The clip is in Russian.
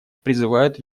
призывают